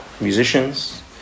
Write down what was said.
musicians